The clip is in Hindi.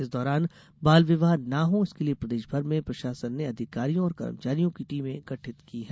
इस दौरान बाल विवाह न हो इसके लिए प्रदेश भर में प्रशासन ने अधिकारियों और कर्मचारियों की टीमे गठित की हैं